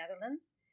Netherlands